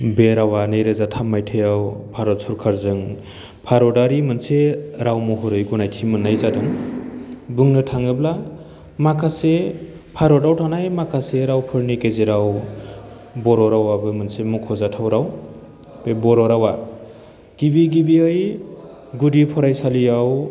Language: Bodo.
बे रावा नैरोजा थाम मायथाइयाव भारत सरकारजों भारतारि मोनसे राव महरै गनायथि मोन्नाय जादों बुंनो थाङोब्ला माखासे भारताव थानाय माखासे रावफोरनि गेजेराव बर' रावाबो मोनसे मख'जाथाव राव बे बर' रावा गिबि गिबियै गुदि फरायसालियाव